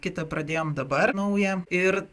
kitą pradėjom dabar naują ir